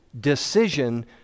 decision